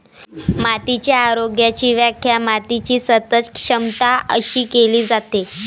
मातीच्या आरोग्याची व्याख्या मातीची सतत क्षमता अशी केली जाते